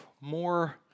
more